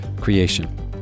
creation